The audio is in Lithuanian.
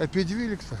apie dvyliktą